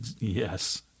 Yes